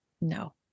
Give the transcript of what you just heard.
No